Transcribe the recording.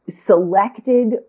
selected